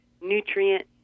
Nutrient